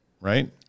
right